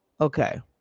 Okay